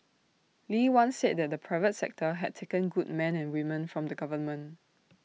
lee once said that the private sector had taken good men and women from the government